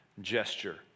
gesture